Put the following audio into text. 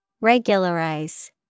Regularize